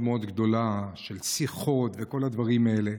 מאוד גדולה של שיחות וכל הדברים האלה,